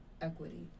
equity